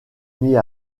mit